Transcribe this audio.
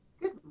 Good